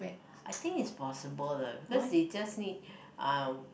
I think it's possible lah because they just need uh